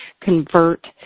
convert